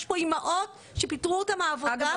יש פה אימהות שפיטרו אותן מהעבודה.